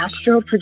astro